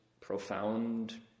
profound